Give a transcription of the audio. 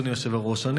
אדוני היושב-ראש,